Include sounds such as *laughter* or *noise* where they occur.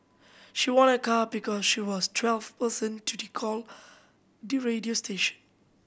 she won a car because she was twelfth person to *unintelligible* call the radio station